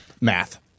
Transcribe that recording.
Math